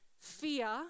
fear